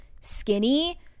skinny